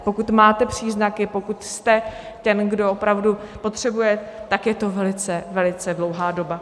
Pokud máte příznaky, pokud jste ten, kdo opravdu potřebuje, tak je to velice dlouhá doba.